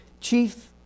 Chief